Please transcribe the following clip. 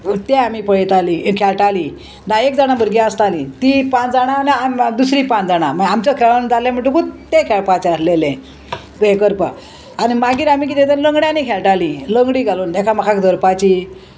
तें आमी पळयतालीं खेळटालीं धा एक जाणां भुरगीं आसतालीं तीं पांच जाणां आनी दुसरीं पांच जाणां आमचो खेळोन जालें म्हणटकूच तें खेळपाचें आसलेलें हें करपाक आनी मागीर आमी कितें तर लंगड्यांनी खेळटालीं लंगडी घालून एकामेकाक धरपाची